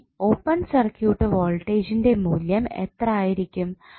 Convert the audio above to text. ഇനി open circuit വോൾട്ടേജ്ജിന്റെ മൂല്യം എത്ര ആയിരിക്കും